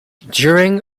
during